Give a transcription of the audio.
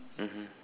mmhmm